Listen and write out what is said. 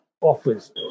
offers